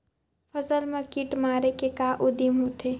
फसल मा कीट मारे के का उदिम होथे?